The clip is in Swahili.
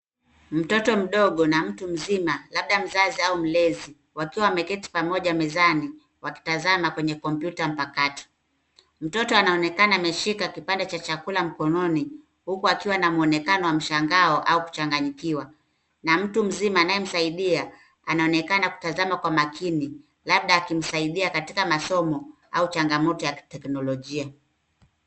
Mtoto mdogo na mtu mzima labda mzazi au mlezi wakiwa wameketi pamoja mezani wakitazama kwenye kompyuta mpakato. Mtoto anaonekana ameshika kipande cha chakula mkononi ,huku akiwa na muonekano wa mshangao au kuchanganyikiwa na mtu mzima anayemsaidia anaonekana kutazama kwa makini labda akimsaidia katika masomo au changamoto ya kiteknolojia.